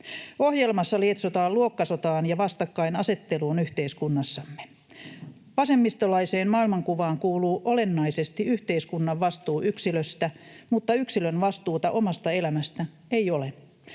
Ohjelmassa lietsotaan luokkasotaan ja vastakkainasetteluun yhteiskunnassamme. Vasemmistolaiseen maailmankuvaan kuuluu olennaisesti yhteiskunnan vastuu yksilöstä, mutta yksilön vastuuta omasta elämästä ei ole.